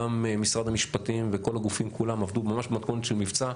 גם משרד המשפטים וכל הגופים כולם עבדו ממש במתכונת של מבצע.